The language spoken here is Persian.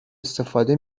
استفاده